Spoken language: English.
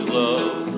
love